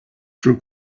true